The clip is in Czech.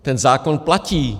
Ten zákon platí.